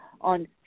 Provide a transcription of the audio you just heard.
on